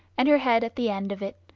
and her head at the end of it,